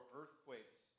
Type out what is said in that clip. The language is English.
earthquakes